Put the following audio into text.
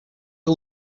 que